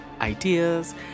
ideas